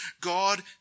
God